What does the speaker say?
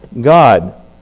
God